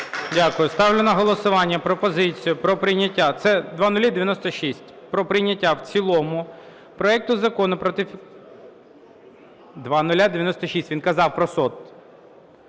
Дякую. Ставлю на голосування пропозицію про прийняття, це 0096, про прийняття в цілому проекту Закону про… 0096, він казав про СОТ.